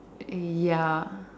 ya